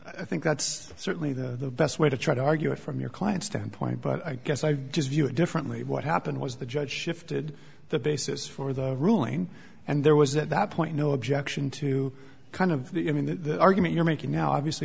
i think that's certainly the best way to try to argue it from your client standpoint but i guess i just view it differently what happened was the judge shifted the basis for the ruling and there was at that point no objection to kind of the in the argument you're making now obviously